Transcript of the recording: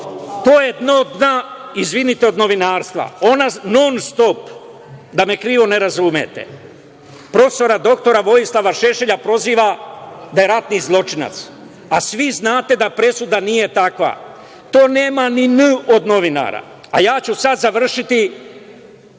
To je dno dna, izvinite, od novinarstva. Ona non-stop, da me krivo ne razumete, prof. dr Vojislava Šešelja proziva da je ratni zločinac, a svi znate da presuda nije takva. To nema ni „n“ od novinara. Ja ću sada završiti